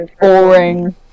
boring